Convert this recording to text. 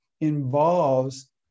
involves